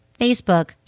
Facebook